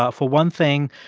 ah for one thing,